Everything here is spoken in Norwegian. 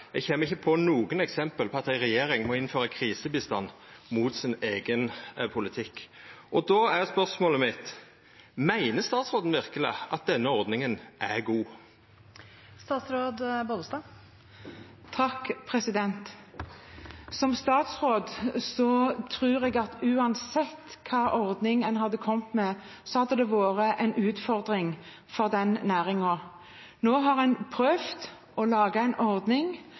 Eg kjem ikkje på nokon eksempel på at ei regjering må innføra krisebistand mot sin eigen politikk. Då er spørsmålet mitt: Meiner statsråden verkeleg at denne ordninga er god? Som statsråd tror jeg at uansett hvilken ordning en hadde kommet med, hadde det vært en utfordring for næringen. Nå har en prøvd å lage en ordning